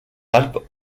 alpes